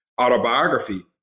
autobiography